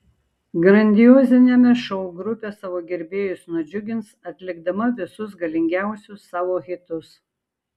grandioziniame šou grupė savo gerbėjus nudžiugins atlikdama visus galingiausius savo hitus